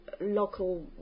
local